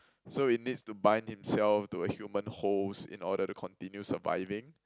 so it needs to bind himself to a human host in order to continue surviving